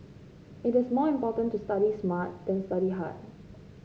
it is more important to study smart than study hard